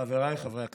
חבריי חברי הכנסת,